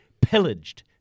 pillaged